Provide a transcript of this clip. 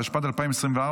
התשפ"ד 2024,